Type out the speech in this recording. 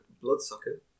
Bloodsucker